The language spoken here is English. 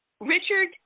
Richard